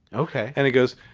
okay and it goes